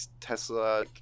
tesla